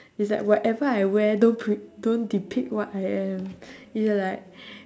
it's like whatever I wear don't pre~ don't depict what I am ya like